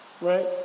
right